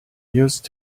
used